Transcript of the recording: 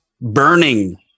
burning